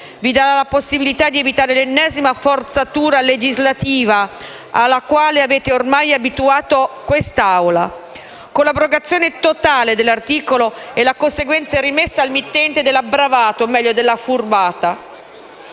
vi dà la possibilità di evitare l'ennesima forzatura legislativa alla quale avete ormai abituato quest'Assemblea, con l'abrogazione totale dell'articolo 6 e la conseguente rimessa al mittente della bravata, o meglio della furbata